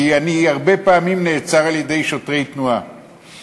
כי אני הרבה פעמים נעצר על-ידי שוטרי תנועה.